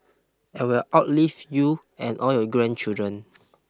and will outlive you and all your grandchildren